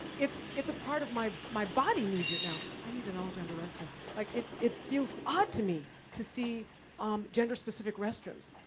it's it's a part of my, my body needs it now. i need an all gender restroom. like, it it feels odd to me, to see um gender specific restrooms.